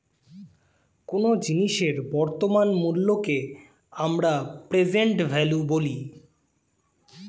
কোনো জিনিসের বর্তমান মূল্যকে আমরা প্রেসেন্ট ভ্যালু বলি